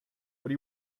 what